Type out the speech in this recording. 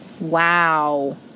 Wow